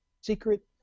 secret